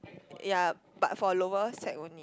ya but for lower sec only